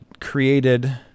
created